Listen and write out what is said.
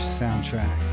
soundtrack